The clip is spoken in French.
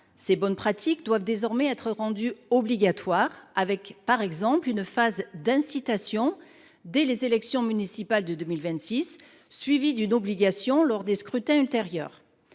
Ces bonnes pratiques doivent désormais être rendues obligatoires, avec, par exemple, une phase d’incitation dès les élections municipales de 2026, suivie d’une obligation pour les scrutins ultérieurs.